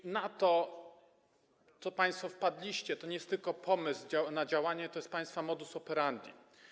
To, na co państwo wpadliście, to nie jest tylko pomysł na działanie, to jest państwa modus operandi.